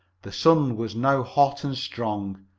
the sun was now hot and strong,